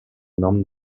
nom